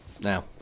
Now